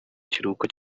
kiruhuko